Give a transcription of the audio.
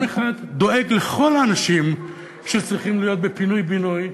אחד דואג לכל האנשים שצריכים להיות בפינוי-בינוי